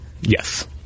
Yes